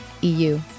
EU